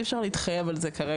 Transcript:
אי אפשר להתחייב על זה כרגע,